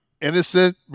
innocent